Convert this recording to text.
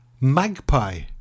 Magpie